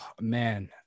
Man